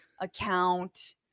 account